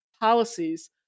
policies